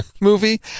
movie